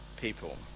people